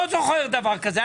לא זוכר דבר כזה.